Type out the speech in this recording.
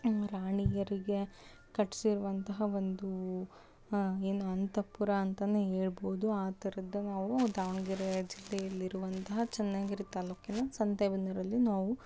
ರಾಣಿಯರಿಗೆ ಕಟ್ಟಿಸಿರುವಂತಹ ಒಂದು ಏನು ಅಂತಃಪುರ ಅಂತನೇ ಹೇಳ್ಬೋದು ಆಥರದ್ದು ನಾವು ದಾವಣಗೆರೆ ಜಿಲ್ಲೆಯಲ್ಲಿರುವಂಥ ಚನ್ನಗಿರಿ ತಾಲ್ಲೂಕಿನ ಸಂತೆ ಬೆನ್ನೂರಲ್ಲಿ ನಾವು